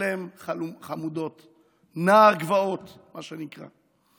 עלם חמודות, נער גבעות, מה שנקרא.